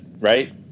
right